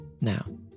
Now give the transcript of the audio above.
Now